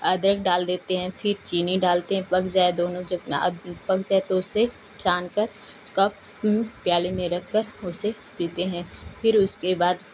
अदरक दाल देते हैं फिर चीनी डालते हैं पक जाय दोनों जब आ पक जाए तो उसे छान कर कप प्याले में रखकर फिर उसे पीते हैं फिर उसके बाद